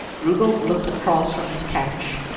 rugel looked across from his couch.